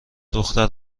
دخترم